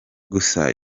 gusa